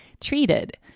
treated